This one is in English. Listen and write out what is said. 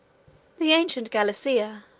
the ancient gallicia,